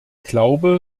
glaube